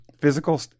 physical